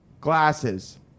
glasses